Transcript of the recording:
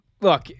Look